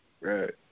Right